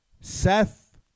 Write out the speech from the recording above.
Seth